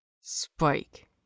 Spike